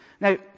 Now